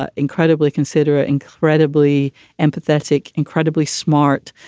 ah incredibly considerate, incredibly empathetic, incredibly smart.